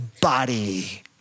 body